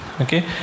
Okay